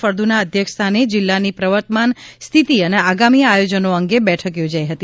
ફળદુના અધ્યક્ષસ્થાને જિલ્લાની પ્રવર્તમાન સ્થિતિ અને આગામી આયોજનો અંગે બેઠક યોજાઇ હતી